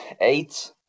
eight